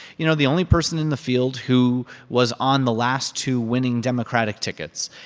you know, the only person in the field who was on the last two winning democratic tickets.